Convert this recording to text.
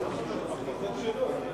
על-פי התקנון.